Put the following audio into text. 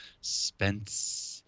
Spence